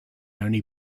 only